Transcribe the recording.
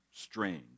strange